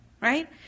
Right